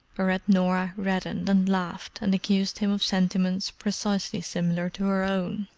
whereat norah reddened and laughed, and accused him of sentiments precisely similar to her own.